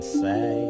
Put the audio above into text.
say